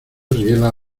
riela